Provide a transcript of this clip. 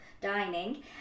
dining